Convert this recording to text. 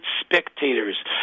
spectators